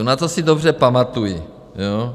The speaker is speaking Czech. Na to si dobře pamatuji, ano?